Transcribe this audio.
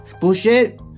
bullshit